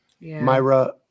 Myra